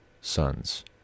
sons